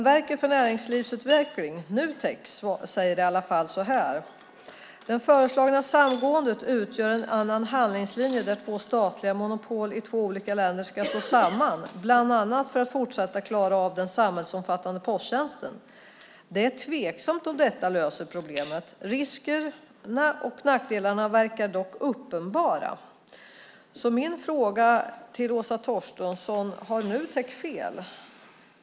Verket för näringslivsutveckling, Nutek, säger: "Det föreslagna samgåendet utgör en annan handlingslinje där två statliga monopol i två olika länder ska gå samman, bland annat för att fortsätta klara av den samhällsomfattande posttjänsten. Det är tveksamt om detta löser problemet. Riskerna och nackdelarna verkar dock uppenbara." Har Nutek fel, Åsa Torstensson?